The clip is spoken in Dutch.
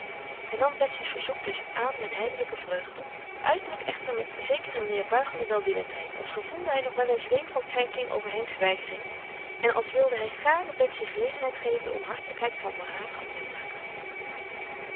hij nam betsy's verzoek dus aan met heimelijke vreugde uiterlijk echter met zekere neêrbuigende welwillendheid als gevoelde hij nog wel een zweem van krenking over henks weigering en als wilde hij gaarne betsy gelegenheid geven de onhartelijkheid van van raat goed te maken